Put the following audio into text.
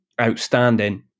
outstanding